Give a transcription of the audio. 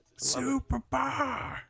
Superbar